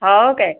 हो काय